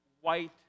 white